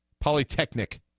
Polytechnic